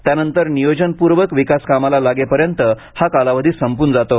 त्यानंतर नियोजनपूर्वक विकासकामाला लागेपर्यंत हा कालावधी संप्रन जातो